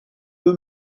eux